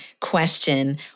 question